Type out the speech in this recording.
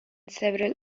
several